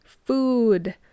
food